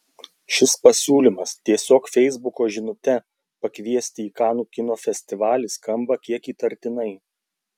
šis pasiūlymas tiesiog feisbuko žinute pakviesti į kanų kino festivalį skamba kiek įtartinai